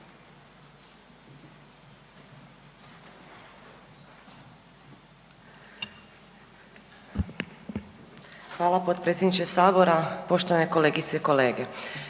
Hvala g. potpredsjedniče. Uvažene kolegice i kolege.